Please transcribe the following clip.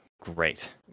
great